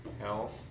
Health